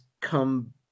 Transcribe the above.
come